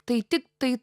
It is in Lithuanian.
tai tik tai